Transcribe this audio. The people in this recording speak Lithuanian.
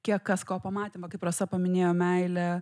kiek kas ko pamatėme kaip rasa paminėjo meilę